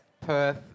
Perth